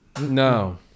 No